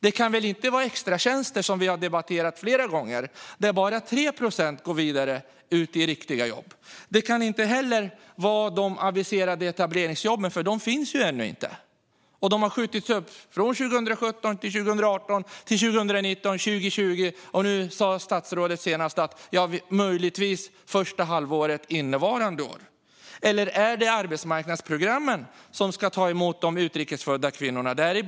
Det kan väl inte vara extratjänster, som vi har debatterat flera gånger, där bara 3 procent går vidare till riktiga jobb? Det kan inte heller vara de aviserade etableringsjobben, för de finns inte än. De har skjutits upp från 2017 till 2018, till 2019 och till 2020. Och statsrådet sa senast att de möjligen kommer första halvåret i år. Eller är det arbetsmarknadsprogrammen som ska ta emot de utrikesfödda kvinnorna?